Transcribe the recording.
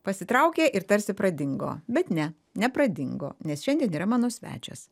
pasitraukė ir tarsi pradingo bet ne nepradingo nes šiandien yra mano svečias